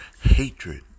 hatred